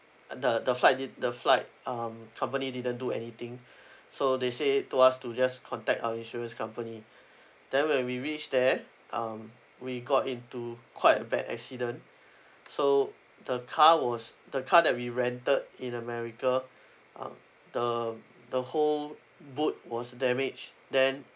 uh the the flight did~ the flight um company didn't do anything so they say told us to just contact our insurance company then when we reached there um we got into quite a bad accident so the car was the car that we rented in america um the the whole boot was damage then